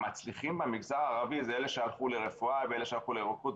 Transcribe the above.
המצליחים במגזר הערבי הם אלה שהלכו לרפואה ואלה שהלכו לרוקחות.